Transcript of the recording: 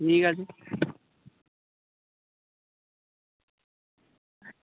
ঠিক আছে